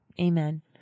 Amen